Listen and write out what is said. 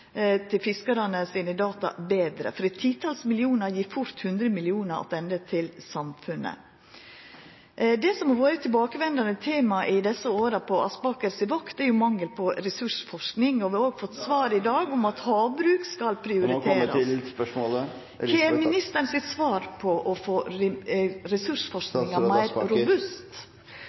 til fiskarane sine data betre – for eit titals millionar gir fort hundre millionar attende til samfunnet. Det som har vore eit tilbakevendande tema i desse åra på Aspaker si vakt, er jo mangel på ressursforsking, og vi har òg fått høyra i dag at havbruk skal prioriterast. Kva er ministeren sitt svar på å få